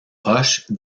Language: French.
hoche